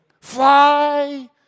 Fly